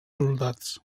soldats